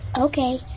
Okay